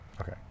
Okay